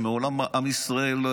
שמעולם עם ישראל,